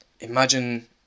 Imagine